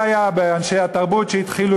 אלה היו אנשי התרבות שהתחילו,